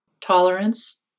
tolerance